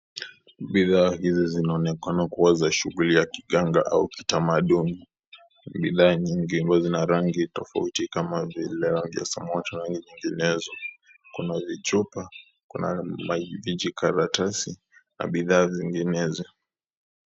Bidhaa hizi zinaonekana kuwa za shughuli ya kiganga au kitamaduni. Bidhaa nyingi huwa zina rangi tofauti kama vile rangi ya samawati na rangi nyinginezo. Kuna vichupa, kuna vijikaratasi na bidhaa zinginezo.